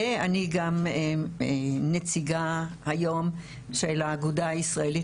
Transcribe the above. ואני גם נציגה היום של האגודה הישראלית